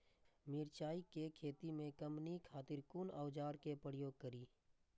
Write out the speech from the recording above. मिरचाई के खेती में कमनी खातिर कुन औजार के प्रयोग करी?